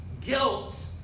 guilt